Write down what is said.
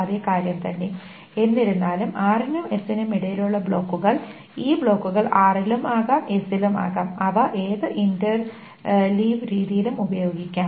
അതേ കാര്യം തന്നെ എന്നിരുന്നാലും r നും s നും ഇടയിലുള്ള ബ്ലോക്കുകൾ ഈ ബ്ലോക്കുകൾ r ലും ആകാം s ലും ആകാം അവ ഏത് ഇന്റർലീവ് രീതിയിലും ഉപയോഗിക്കാം